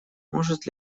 может